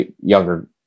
younger